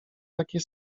takie